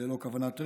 ללא כוונת רווח,